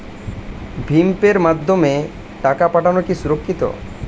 ভিম পের মাধ্যমে টাকা পাঠানো কি সুরক্ষিত?